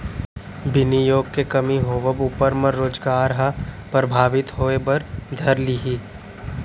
बिनियोग के कमी होवब ऊपर म रोजगार ह परभाबित होय बर धर लिही